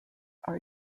are